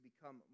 become